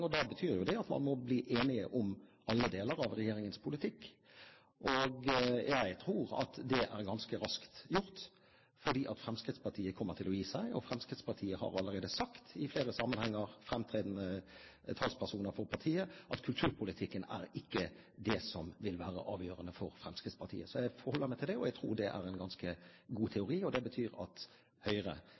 regjering. Da betyr det at man må bli enige om alle deler av regjeringens politikk. Jeg tror det er ganske raskt gjort fordi Fremskrittspartiet kommer til å gi seg. Fremskrittspartiet har allerede sagt i flere sammenhenger, fremtredende talspersoner for partiet, at kulturpolitikken er ikke det som vil være avgjørende for Fremskrittspartiet. Jeg forholder meg til det, og jeg tror at det er en ganske god teori. Det betyr at Høyre